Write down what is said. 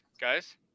Guys